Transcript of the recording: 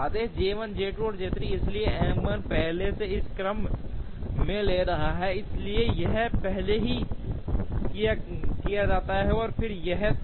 आदेश J 1 J 2 और J 3 इसलिए M 1 पहले इस क्रम में ले रहा है इसलिए यह पहले किया जाता है फिर यह किया जाता है तो यह किया जाता है इसलिए M 1 पहले J 1 और फिर J 2 और फिर J 3 ले रहा है